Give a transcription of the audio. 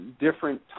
different